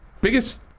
Biggest